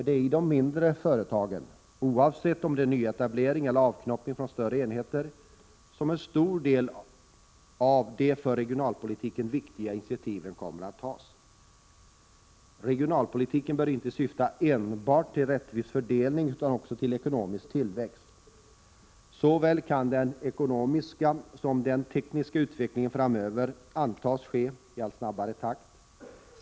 Det är i de mindre företagen — oavsett om de är nyetablerade eller utgör en ”avknoppning” från större enheter — som en stor del av de för regionalpolitiken viktiga initiativen kommer att tas. Regionalpolitiken bör inte syfta enbart till rättvis fördelning, utan också till ekonomisk tillväxt. Såväl den ekonomiska som den tekniska utvecklingen kan framöver antas ske i allt snabbare takt.